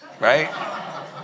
right